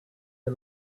are